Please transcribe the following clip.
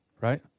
right